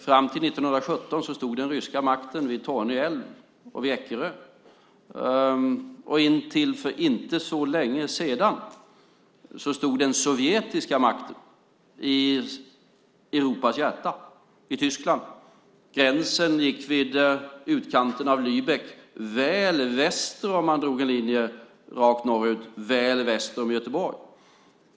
Fram till 1917 stod den ryska makten vid Torne älv och vid Eckerö. Och intill för inte så längesedan stod den sovjetiska makten i Europas hjärta, i Tyskland. Gränsen gick vid utkanten av Lübeck, väl väster, om man drog en linje rakt norrut, om Göteborg.